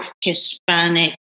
Hispanic